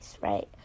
right